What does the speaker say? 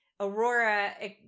Aurora